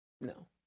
No